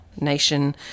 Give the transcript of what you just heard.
nation